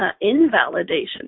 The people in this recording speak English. invalidation